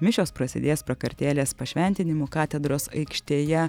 mišios prasidės prakartėlės pašventinimu katedros aikštėje